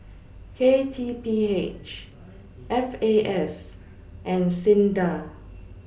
K T P H F A S and SINDA